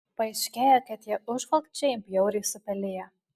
paaiškėja kad tie užvalkčiai bjauriai supeliję